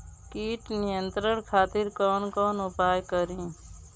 कीट नियंत्रण खातिर कवन कवन उपाय करी?